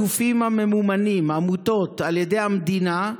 הגופים הממומנים על ידי המדינה,